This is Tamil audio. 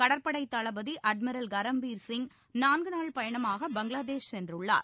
கடற்படைத் தளபதி அட்மிரல் கரம்பீர் சிங் நான்குநாள் பயணமாக பங்களாதேஷ் சென்றுள்ளார்